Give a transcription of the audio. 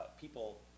people